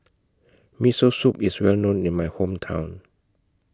Miso Soup IS Well known in My Hometown